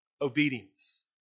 obedience